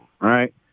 right